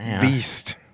beast